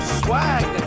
swag